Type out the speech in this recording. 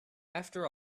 after